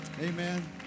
Amen